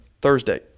Thursday